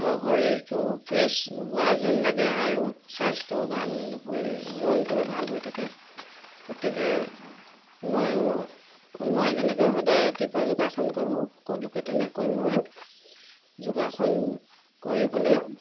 আৰু শৰীৰটো ফ্ৰেছ হোৱা যেন লাগে আৰু স্বাস্থ্যও ভাল হৈ মনটোও ভাল হৈ থাকে গতিকে ময়ো মই যেনেকৈ সদায় ৰাতিপুৱা যোগাসন কৰোঁ সকলোকে তেনেকৈ মই যোগাসন কৰিবলৈ